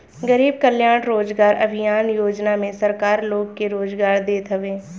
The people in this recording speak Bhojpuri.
गरीब कल्याण रोजगार अभियान योजना में सरकार लोग के रोजगार देत हवे